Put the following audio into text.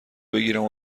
بگیرم